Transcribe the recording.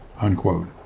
unquote